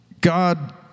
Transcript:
God